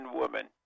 woman